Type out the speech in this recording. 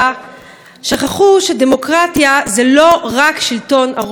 שכחו שדמוקרטיה זה לא רק שלטון הרוב.